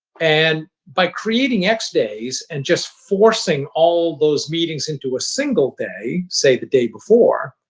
and by creating x-days and just forcing all of those meetings into a single day, say the day before,